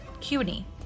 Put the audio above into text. CUNY